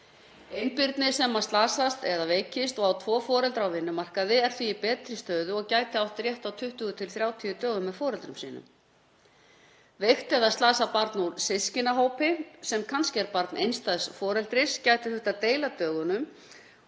Einbirni sem slasast eða veikist og á tvo foreldra á vinnumarkaði er því í betri stöðu og gæti átt rétt á 20–30 dögum með foreldrum sínum. Veikt eða slasað barn úr systkinahópi sem kannski er barn einstæðs foreldris gæti þurft að deila dögunum